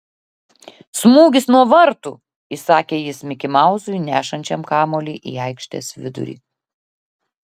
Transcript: smūgis nuo vartų įsakė jis mikimauzui nešančiam kamuolį į aikštės vidurį